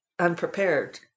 unprepared